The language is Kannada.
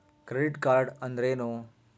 ಕ್ರೆಡಿಟ್ ಕಾರ್ಡ್ ಅಂದ್ರೇನು?